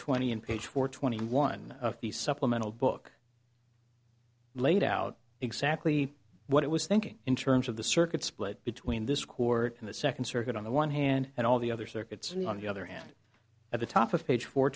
twenty and page four twenty one of the supplemental book laid out exactly what it was thinking in terms of the circuit split between this court and the second circuit on the one hand and all the other circuits on the other hand at the top of page four